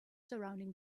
surrounding